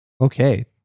okay